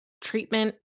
treatment